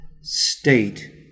state